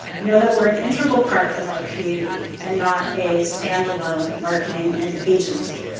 we know that we're an integral part of our community and not a standalone marketing and agency